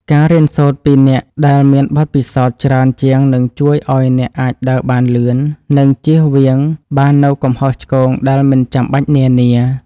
ការរៀនសូត្រពីអ្នកដែលមានបទពិសោធន៍ច្រើនជាងនឹងជួយឱ្យអ្នកអាចដើរបានលឿន និងជៀសវាងបាននូវកំហុសឆ្គងដែលមិនចាំបាច់នានា។